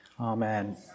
amen